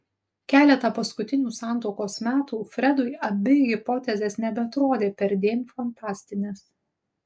keletą paskutinių santuokos metų fredui abi hipotezės nebeatrodė perdėm fantastinės